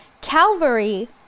Calvary